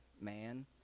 man